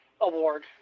award